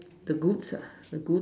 the goods are the goods